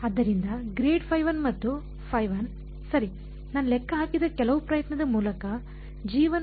ಆದ್ದರಿಂದ ಮತ್ತು ಸರಿ ನಾನು ಲೆಕ್ಕ ಹಾಕಿದ ಕೆಲವು ಪ್ರಯತ್ನದ ಮೂಲಕ g1 ಮತ್ತು ಎಂದು ಭಾವಿಸಲಾಗಿದೆ